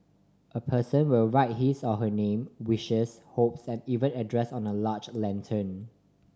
a person will write his or her name wishes hopes and even address on a large lantern